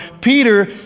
Peter